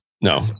No